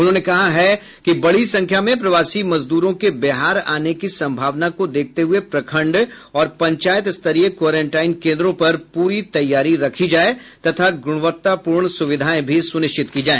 उन्होंने कहा कि बड़ी संख्या में प्रवासी मजदूरों के बिहार आने की संभावना को देखते हुये प्रखंड और पंचायत स्तरीय क्वारंटाइन केंद्रों पर प्री तैयारी रखी जाय तथा गुणवत्तापूर्ण सुविधायें भी सुनिश्चित की जाय